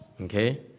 Okay